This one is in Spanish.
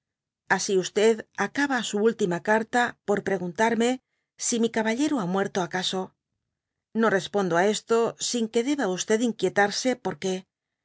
así acaba su última carta por preguntarme si mi caballero ha muerto acaso no respondo á esto sin que deba inquietarse porqué